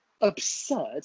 absurd